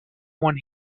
one